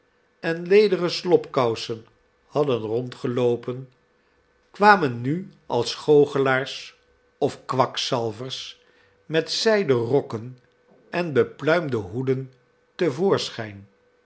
en lederen slopkousen hadden rondgeloopen kwamen nu als goochelaars of kwakzalvers met zijden rokken en bepluimde hoeden